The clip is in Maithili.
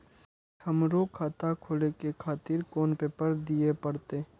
हमरो खाता खोले के खातिर कोन पेपर दीये परतें?